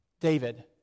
David